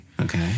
Okay